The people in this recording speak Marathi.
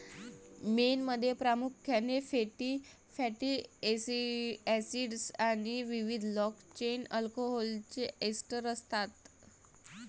मेणमध्ये प्रामुख्याने फॅटी एसिडस् आणि विविध लाँग चेन अल्कोहोलचे एस्टर असतात